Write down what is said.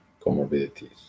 comorbidities